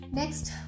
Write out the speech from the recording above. next